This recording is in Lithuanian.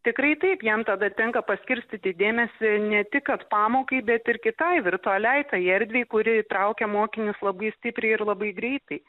tikrai taip jiem tada tenka paskirstyti dėmesį ne tik kad pamokai bet ir kitai virtualiai tai erdvei kuri įtraukia mokinius labai stipriai ir labai greitai